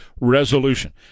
resolution